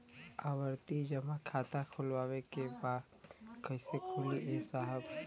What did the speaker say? आवर्ती जमा खाता खोलवावे के बा कईसे खुली ए साहब?